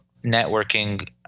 networking